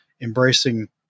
embracing